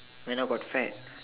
when I got fat